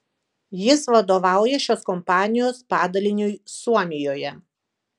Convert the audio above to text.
jis vadovauja šios kompanijos padaliniui suomijoje